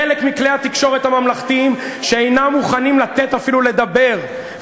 חלק מכלי התקשורת הממלכתיים שאינם מוכנים לתת אפילו לדבר.